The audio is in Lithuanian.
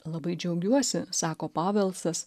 labai džiaugiuosi sako pavelsas